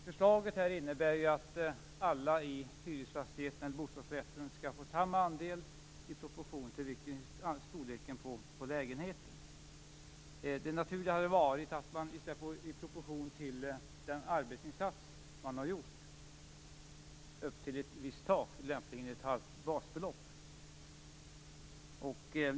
Förslaget innebär att alla i hyresfastigheten eller i bostadsrättsföreningen skall få sin andel i proportion till storleken på lägenheten. Det naturliga hade varit att man hade gjort fördelningen i proportion till den arbetsinsats som har gjorts upp till ett visst tak, lämpligen ett halvt basbelopp.